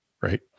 right